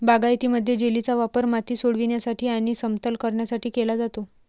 बागायतीमध्ये, जेलीचा वापर माती सोडविण्यासाठी आणि समतल करण्यासाठी केला जातो